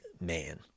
man